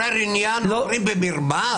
--- אומרים במרמה?